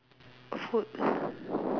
food